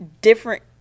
Different